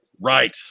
Right